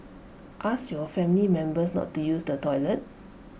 ask your family members not to use the toilet